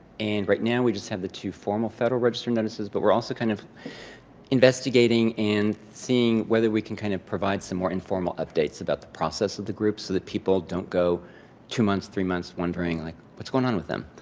and right now, we just have the two formal federal register notices, but we're also kind of investigating and seeing whether we can kind of provide some more informal updates about the process of the group so that people don't go two months, three months, wondering like, what's going on with them?